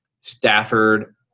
Stafford